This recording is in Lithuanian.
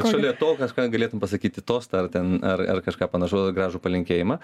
šalia to kažką galėtum pasakyti tostą ar ten ar ar kažką panašaus ar gražų palinkėjimą